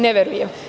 Ne verujem.